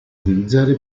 utilizzare